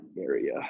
Area